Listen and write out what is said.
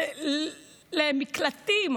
ולמקלטים.